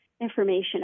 information